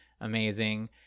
amazing